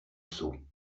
sot